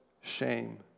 shame